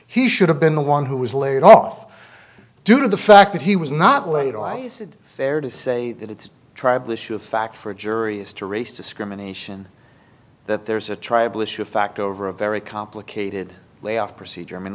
he should have been the one who was laid off due to the fact that he was not later why is it fair to say that it's a tribal issue of fact for a jury as to race discrimination that there's a tribal issue of fact over a very complicated layoff procedure i mean